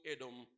Edom